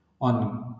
on